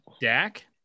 Dak